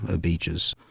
beaches